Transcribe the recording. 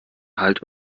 halt